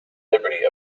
liberty